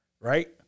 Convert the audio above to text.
Right